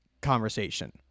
conversation